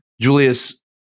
Julius